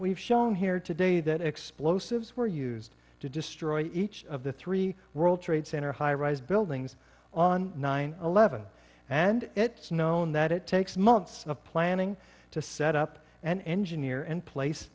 we've shown here today that explosives were used to destroy each of the three world trade center high rise buildings on nine eleven and it's known that it takes months of planning to set up an engineer and place